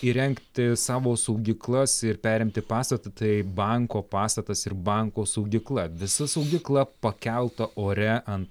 įrengti savo saugyklas ir perimti pastatą tai banko pastatas ir banko saugykla visa saugykla pakelta ore ant